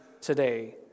today